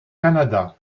canada